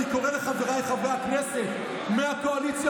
אני קורא לחבריי חברי הכנסת מהקואליציה